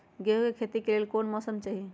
गेंहू के खेती के लेल कोन मौसम चाही अई?